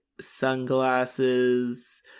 sunglasses